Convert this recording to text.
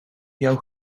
jouw